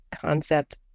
concept